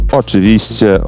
oczywiście